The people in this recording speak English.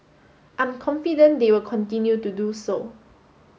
I'm confident they will continue to do so